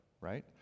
right